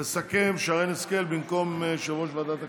תסכם שרן השכל במקום יושב-ראש ועדת הכנסת.